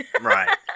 Right